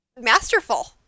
masterful